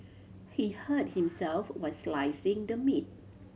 he hurt himself while slicing the meat